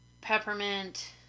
peppermint